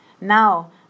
Now